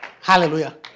Hallelujah